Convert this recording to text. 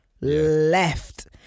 left